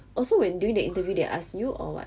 oh so when during the interview they ask you or what